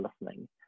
listening